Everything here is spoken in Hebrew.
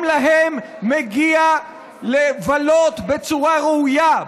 גם להם מגיע לבלות בצורה ראויה,